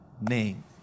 name